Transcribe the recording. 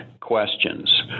questions